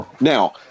now